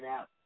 out